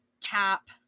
tap